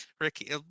ricky